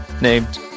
named